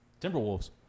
Timberwolves